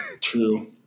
True